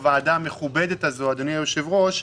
בוועדה המכובדת הזאת, אדוני היושב-ראש,